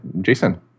Jason